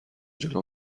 جلو